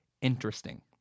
interesting